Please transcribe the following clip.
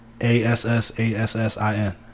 A-S-S-A-S-S-I-N